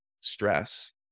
stress